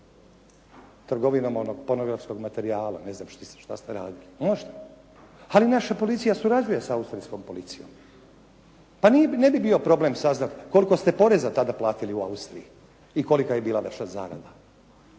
trgovinom onog pornografskog materijala, ne znam šta ste radili. Možda. Ali naša policija surađuje sa austrijskom policijom. Pa ne bi bio problem saznati koliko ste poreza tada platili u Austriji i kolika je bila vaša zarada.